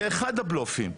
זה אחד הבלופים,